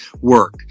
work